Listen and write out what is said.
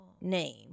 name